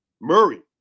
Murray